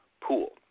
pool